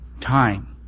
time